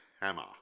Hammer